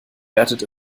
wertet